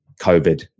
COVID